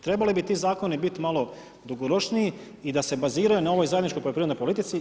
Trebali bi ti zakoni biti malo dugoročniji i da se baziraju na ovoj zajedničkoj poljoprivrednoj politici.